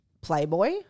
playboy